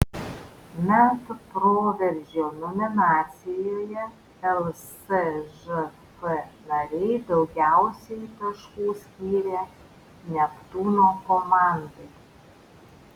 metų proveržio nominacijoje lsžf nariai daugiausiai taškų skyrė neptūno komandai